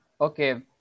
Okay